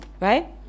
right